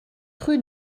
rue